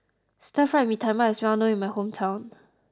Stir Fried Mee Tai Mak is well known in my hometown